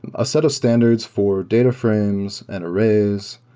a set of standards for data frames and arrays.